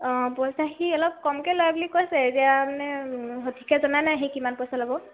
অঁ পইচা সি অলপ কমকৈ লয় বুলি কৈছে এতিয়া মানে সঠিকৈ জনা নাই সি কিমান পইচা ল'ব